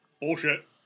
Bullshit